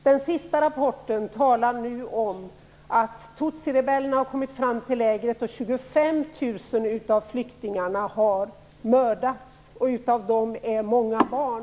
Den sista rapporten talar nu om att tutsirebellerna har kommit fram till lägret och att 25 000 av flyktingarna har mördats. Av dem är många barn.